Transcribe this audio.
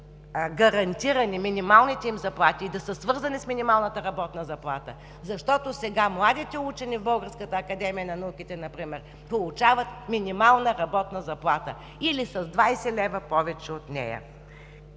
да бъдат гарантирани и да са свързани с минималната работна заплата, защото сега младите учени в Българската академия на науките например получават минимална работна заплата, или с 20 лв. повече от нея.